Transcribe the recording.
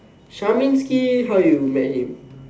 Charmanski how you met him